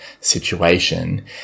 situation